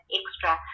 extra